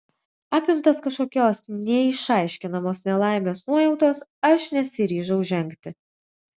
apimtas kažkokios neišaiškinamos nelaimės nuojautos aš nesiryžau žengti